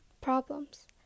Problems